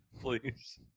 Please